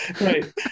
right